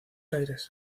aires